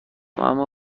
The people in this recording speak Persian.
اما